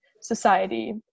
society